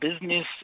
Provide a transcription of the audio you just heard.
business